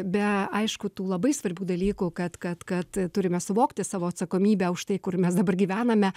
be aišku tų labai svarbių dalykų kad kad kad turime suvokti savo atsakomybę už tai kur mes dabar gyvename